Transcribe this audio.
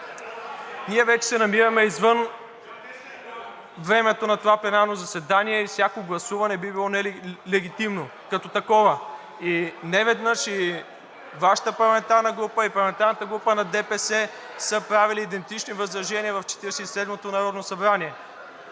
Ние вече се намираме извън времето на това пленарно заседание и всяко гласуване би било нелегитимно като такова. Неведнъж и Вашата парламентарна група, и парламентарната група на ДПС са правили идентични възражения в Четиридесет